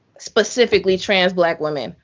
specifically trans black women.